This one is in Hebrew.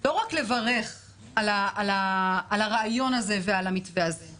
לא רק לברך על הרעיון הזה ועל המתווה הזה אלא